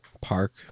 Park